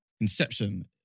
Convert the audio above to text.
inception